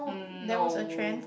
no